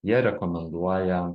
jie rekomenduoja